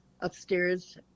upstairs